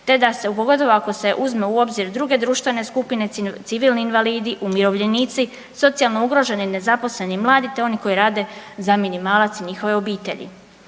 te da se, pogotovo ako se uzme u obzir druge društvene skupine, civilni invalidi, umirovljenici, socijalno ugroženi, nezaposleni i mladi, te oni koji rade za minimalac i njihove obitelji.